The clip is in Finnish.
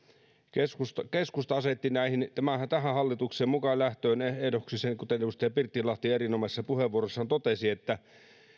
keskusta keskusta asetti tähän hallitukseen mukaan lähtöön ehdoksi sen kuten edustaja pirttilahti erinomaisessa puheenvuorossaan totesi että